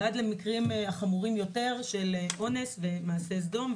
ועד למקרים החמורים יותר, של אונס ומעשה סדום.